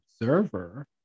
observer